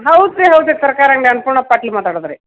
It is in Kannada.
ಹೌದು ರೀ ಹೌದು ರೀ ತರ್ಕಾರಿ ಅಂಗಡಿ ಅನ್ನಪೂರ್ಣ ಪಾಟೀಲ್ ಮಾತಾಡುದು ರೀ